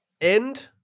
end